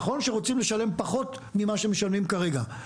נכון שרוצים לשלם פחות ממה שמשלמים כרגע,